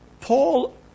Paul